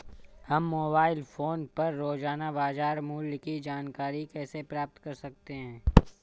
हम mobile phone पर रोजाना बाजार मूल्य की जानकारी कैसे प्राप्त कर सकते हैं?